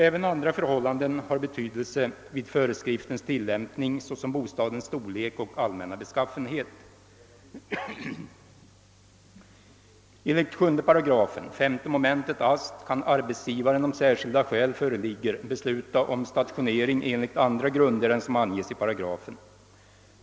Även andra förhållanden har betydelse vid föreskriftens tillämpning såsom bostadens storlek och allmänna beskaffenhet. Enligt 7 § 5 mom. AST kan arbetsgivaren om särskilda skäl föreligger besluta om stationering enligt andra grunder än som anges i paragrafen.